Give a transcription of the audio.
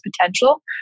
potential